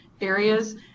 areas